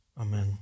Amen